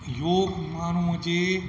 योगु माण्हूअ जे